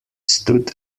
stood